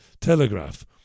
Telegraph